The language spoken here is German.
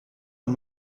und